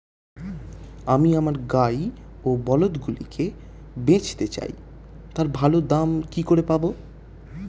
আমি আমার গাই ও বলদগুলিকে বেঁচতে চাই, তার ভালো দাম কি করে পাবো?